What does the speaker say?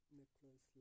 Nicholas